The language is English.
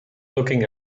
looking